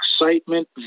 excitement